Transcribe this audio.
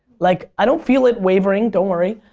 like i don't feel it wavering, don't worry.